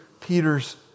Peter's